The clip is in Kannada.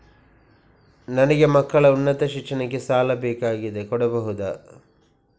ನನಗೆ ಮಕ್ಕಳ ಉನ್ನತ ಶಿಕ್ಷಣಕ್ಕೆ ಸಾಲ ಬೇಕಾಗಿದೆ ಕೊಡಬಹುದ?